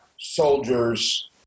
soldiers